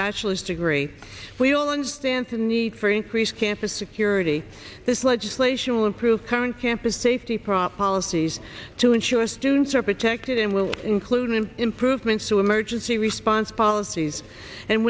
bachelor's degree we all understand the need for increased campus security this legislation will improve current campus safety prop policies to ensure students are protected and will include and improvements to emergency response policies and